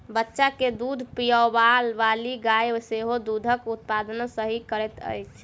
बच्चा के दूध पिआबैबाली गाय सेहो दूधक उत्पादन सही करैत छै